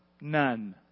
None